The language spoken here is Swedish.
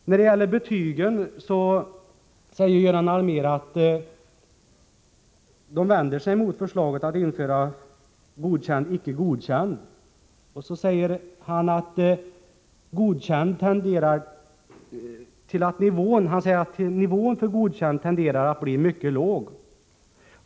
När det gäller betygen sade Göran Allmér att moderata samlingspartiet vänder sig mot förslaget att införa omdömet godkänd och icke godkänd. Vidare sade han att nivån för godkänd tenderar att bli mycket låg.